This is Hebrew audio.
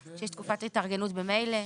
שיש תקופת התארגנות ממילא?